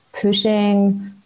pushing